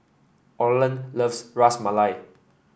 Orland loves Ras Malai